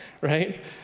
Right